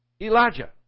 Elijah